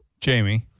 Jamie